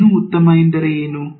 ಇನ್ನೂ ಉತ್ತಮ ಎಂದರೆ ಏನು